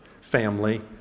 family